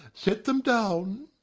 set them down.